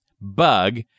bug